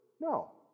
No